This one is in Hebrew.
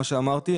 מה שאמרתי,